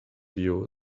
you